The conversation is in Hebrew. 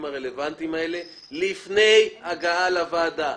הרלוונטיים האלה לפני הגעה לוועדה.